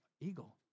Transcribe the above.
eagle